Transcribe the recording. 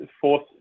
fourth